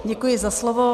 Děkuji za slovo.